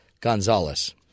Gonzalez